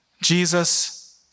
Jesus